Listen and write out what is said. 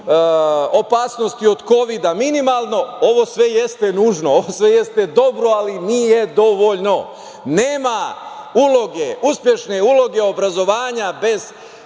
opasnosti od kovida minimalno. Ovo sve jeste nužno, ovo sve jeste dobro, ali nije dovoljno. Nema uspešne uloge obrazovanja bez